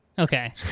Okay